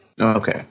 Okay